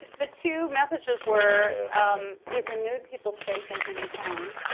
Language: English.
the two messages were it renewed people's faith in humankind,